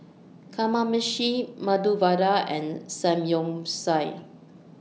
Kamameshi Medu Vada and Samgyeopsal